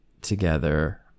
together